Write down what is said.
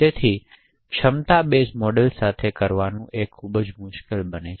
તેથી ક્ષમતા base model સાથે કરવાનું આ ખૂબ મુશ્કેલ છે